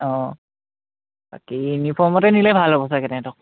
অঁ বাকী ইউনিফৰ্মতে নিলে ভাল হ'ব ছাগে তাহাঁতক